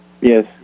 Yes